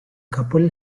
couple